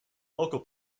local